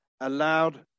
allowed